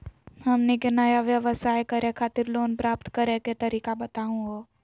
हमनी के नया व्यवसाय करै खातिर लोन प्राप्त करै के तरीका बताहु हो?